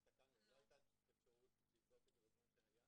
מתקיים לגביו אחד מאלה,